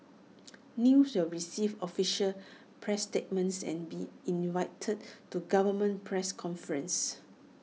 news will receive official press statements and be invited to government press conferences